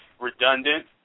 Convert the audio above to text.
redundant